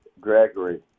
Gregory